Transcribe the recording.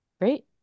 Great